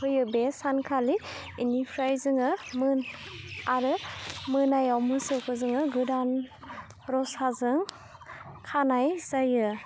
होयो बे सानखालि बेनिफ्राय जोङो आरो मोनायाव मोसौखौ जोङो गोदान रसाजों खानाय जायो